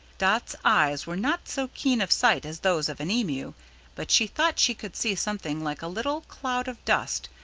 dot's eyes were not so keen of sight as those of an emu but she thought she could see something like a little cloud of dust,